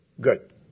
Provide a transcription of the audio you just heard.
good